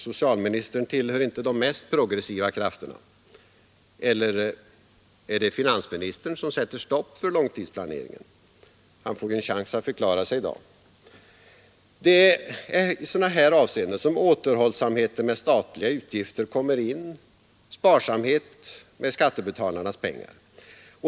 Socialministern tillhör inte de mest progressiva krafterna. Eller är det finansministern som sätter stopp för långtidsplanering? Han får ju en chans att förklara sig i dag. Det är i sådana avseenden som återhållsamheten med statliga utgifter kommer in, sparsamheten med skattebetalarnas pengar.